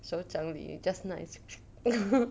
手掌里 just nice